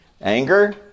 Anger